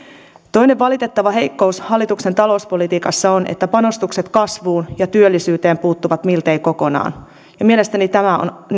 toinen valitettava heikkous hallituksen talouspolitiikassa on että panostukset kasvuun ja työllisyyteen puuttuvat miltei kokonaan ja mielestäni tämä on